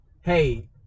hey